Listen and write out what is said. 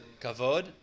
Kavod